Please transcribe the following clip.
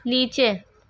نیچے